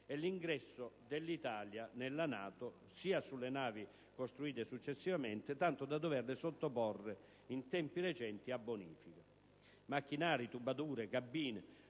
e l'ingresso dell'Italia nella NATO, sia sulle navi costruite successivamente, tanto da doverle sottoporre, in tempi recenti, a bonifica. Macchinari, tubature, cabine: